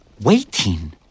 Waiting